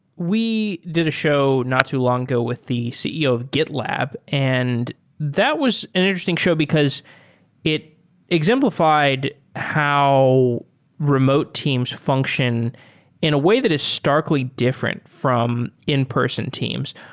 we did a show not too long ago with the ceo of gitlab, and that was an interesting show because it exemplifi ed how remote teams function in a way that is starkly different from in-person teams.